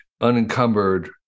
unencumbered